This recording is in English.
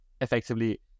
effectively